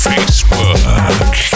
Facebook